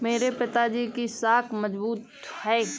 मेरे पिताजी की साख मजबूत है